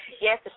Yes